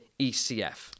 ECF